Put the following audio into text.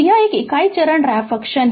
तो यह एक इकाई चरण है रैंप फ़ंक्शन